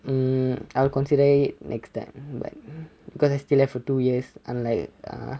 um I'll consider it next time but because I still have two years unlike ah